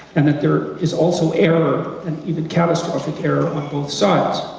and that there is also error, and even catastrophic error on both sides.